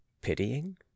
pitying